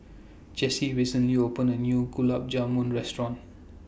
Jesse recently opened A New Gulab Jamun Restaurant